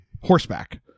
Horseback